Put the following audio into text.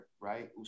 right